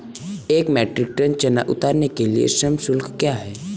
एक metric ton चना उतारने के लिए श्रम शुल्क क्या है?